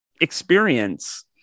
experience